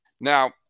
Now